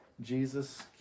Jesus